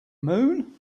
moon